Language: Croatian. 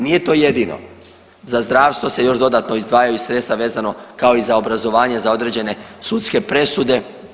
Nije to jedino, za zdravstvo se još dodatno izdvajaju sredstva vezano kao i za obrazovanje za određene sudske presude.